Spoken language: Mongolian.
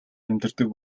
амьдардаг